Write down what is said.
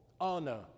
honor